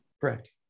Correct